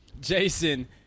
Jason